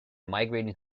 migrating